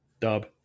Dub